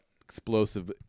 Explosive